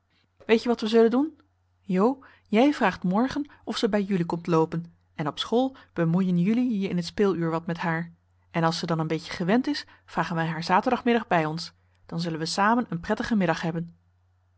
weet je wat we zullen doen jo jij vraagt morgen of ze bij jullie komt loopen en op school bemoeien jullie je in het speeluur wat met haar en als ze dan een beetje gewend is vragen wij haar zaterdagmiddag bij ons dan zullen we samen een prettigen middag hebben